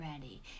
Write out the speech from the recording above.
ready